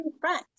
friends